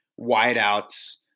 wideouts